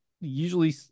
Usually